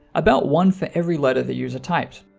about one for every letter that user typed.